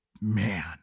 Man